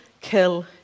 kill